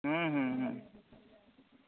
ହୁଁ ହୁଁ ହୁଁ